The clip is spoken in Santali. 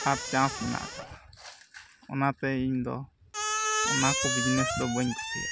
ᱟᱸᱴ ᱪᱟᱱᱥ ᱢᱮᱱᱟᱜ ᱠᱟᱫᱟ ᱚᱱᱟᱛᱮ ᱤᱧ ᱫᱚ ᱚᱱᱟ ᱠᱚ ᱵᱤᱡᱽᱱᱮᱥ ᱫᱚ ᱵᱟᱹᱧ ᱠᱩᱥᱤᱭᱟᱜᱼᱟ